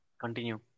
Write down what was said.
continue